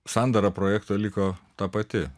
sandara projekto liko ta pati